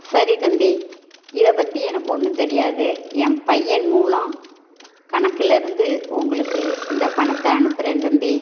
சரி தம்பி இதைப்பத்தி எனக்கு ஒன்னும் தெரியாது என் பையன் மூலம் கணக்குலேருந்து உங்களுக்கு இந்த பணத்தை அனுப்புகிறன் தம்பி